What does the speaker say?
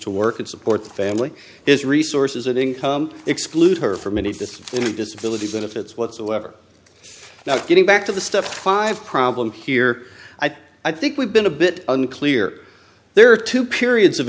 to work and support the family is resources that income exclude her from any of the disability benefits whatsoever not getting back to the stuff five problem here i think we've been a bit unclear there are two periods of